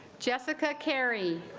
jessica carey